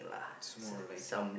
small lightning